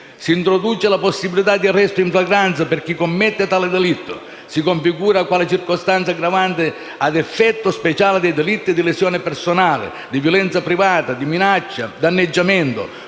Si introduce la possibilità di arresto in flagranza per chi commette tale delitto; si configura quale circostanza aggravante a effetto speciale dei delitti di lesione personale, di violenza privata, di minaccia, di danneggiamento